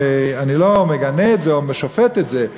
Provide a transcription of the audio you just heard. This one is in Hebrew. ואני לא מגנה את זה או שופט את זה,